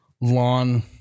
lawn